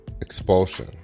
expulsion